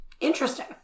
Interesting